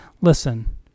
Listen